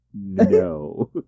no